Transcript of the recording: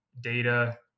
data